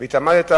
"התעמתת"